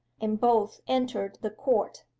and both entered the court,